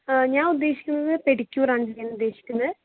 ഞാൻ ഉദ്ദേശിക്കുന്നത് പെഡിക്യൂർ ആണ് ചെയ്യാൻ ഉദ്ദേശിക്കുന്നത്